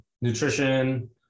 nutrition